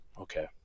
okay